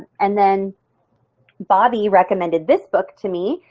and then bobbi recommended this book to me.